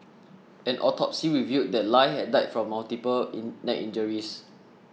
an autopsy revealed that Lie had died from multiple in neck injuries